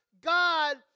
God